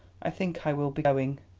i think i will be going.